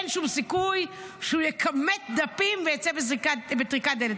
אין שום סיכוי שהוא יקמט דפים ויצא בטריקת דלת.